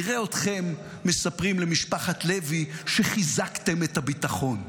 נראה אתכם מספרים למשפחת לוי שחיזקתם את הביטחון.